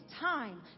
time